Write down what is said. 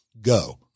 Go